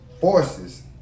Forces